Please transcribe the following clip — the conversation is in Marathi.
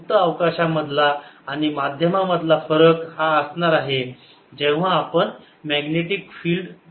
मुक्त अवकाशा मधला आणि माध्यम मधला फरक हा असणार आहे जेव्हा आपण मॅग्नेटिक फिल्ड